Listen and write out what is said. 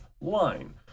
line